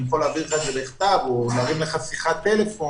אני יכול להעביר לך את זה בכתב או להרים לך שיחת טלפון